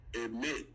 admit